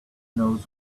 knows